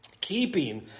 keeping